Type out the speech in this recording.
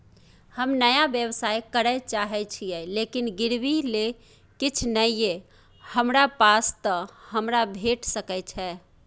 हम नया व्यवसाय करै चाहे छिये लेकिन गिरवी ले किछ नय ये हमरा पास त हमरा भेट सकै छै?